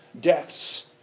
death's